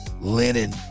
linen